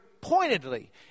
pointedly